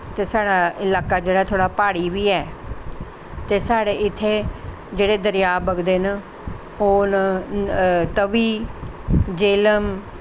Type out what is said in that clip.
ते साढ़ा इलाका जेह्ड़ा थोह्ड़ा प्हाड़ी बी ऐ ते साढ़े इत्थें जेह्ड़े दरिया बगदे न ओह् न तवी झेलम